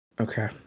Okay